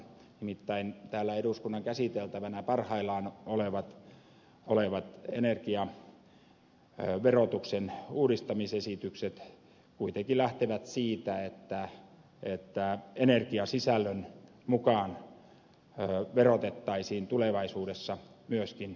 nimittäin täällä eduskunnan käsiteltävänä parhaillaan olevat energiaverotuksen uudistamisesitykset kuitenkin lähtevät siitä että energiasisällön mukaan verotettaisiin tulevaisuudessa myöskin biopolttonesteitä